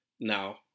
Now